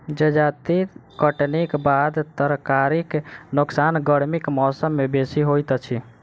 जजाति कटनीक बाद तरकारीक नोकसान गर्मीक मौसम मे बेसी होइत अछि